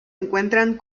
encuentran